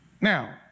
Now